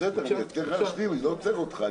אני לא עוצר אותך,